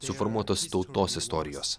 suformuotos tautos istorijos